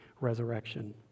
resurrection